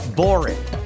boring